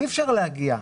אי אפשר להגיע.